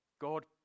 God